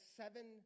seven